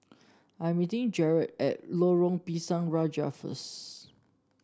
I'm meeting Jarett at Lorong Pisang Raja first